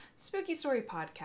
spookystorypodcast